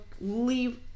leave